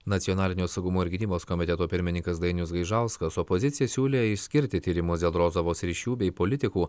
nacionalinio saugumo ir gynybos komiteto pirmininkas dainius gaižauskas opozicija siūlė išskirti tyrimus dėl rozovos ryšių bei politikų